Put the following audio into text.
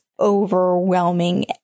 overwhelming